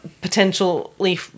potentially